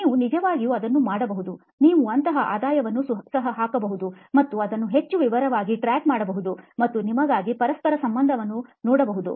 ನೀವು ನಿಜವಾಗಿಯೂ ಅದನ್ನು ಮಾಡಬಹುದು ನೀವು ಅಂತಹ ಆದಾಯವನ್ನು ಸಹ ಹಾಕಬಹುದು ಮತ್ತು ಅದನ್ನು ಹೆಚ್ಚು ವಿವರವಾಗಿ ಟ್ರ್ಯಾಕ್ ಮಾಡಬಹುದು ಮತ್ತು ನಿಮಗಾಗಿ ಪರಸ್ಪರ ಸಂಬಂಧವನ್ನು ನೋಡಬಹುದು